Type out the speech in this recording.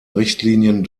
richtlinien